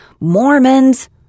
Mormons